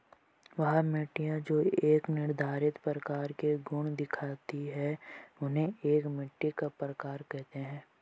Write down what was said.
वह मिट्टियाँ जो एक निर्धारित प्रकार के गुण दिखाती है उन्हें एक मिट्टी का प्रकार कहते हैं